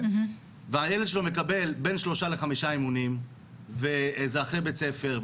והילד שלו מקבל בין שלושה לחמישה אימונים וזה אחרי בית ספר,